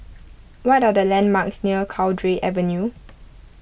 what are the landmarks near Cowdray Avenue